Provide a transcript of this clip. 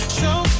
show